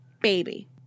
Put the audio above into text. baby